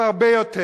והרבה יותר.